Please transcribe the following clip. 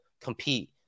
compete